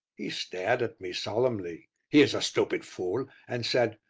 he stared at me solemnly he is a stupid fool and said,